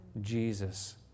Jesus